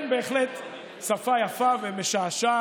כן, בהחלט, שפה יפה ומשעשעת.